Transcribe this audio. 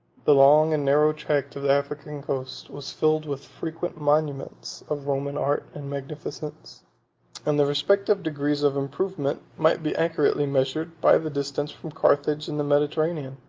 the long and narrow tract of the african coast was filled with frequent monuments of roman art and magnificence and the respective degrees of improvement might be accurately measured by the distance from carthage and the mediterranean.